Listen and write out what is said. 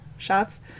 Shots